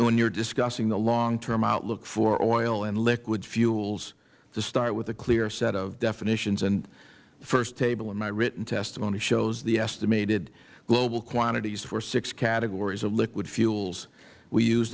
when you are discussing the long term outlook for oil and liquid fuels to start with a clear set of definitions first table in my written testimony shows the estimated global quantities for six categories of liquid fuels we use